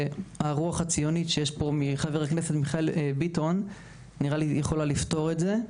והרוח הציונית שיש פה מחבר הכנסת מיכאל ביטון יכולה לפתור את זה.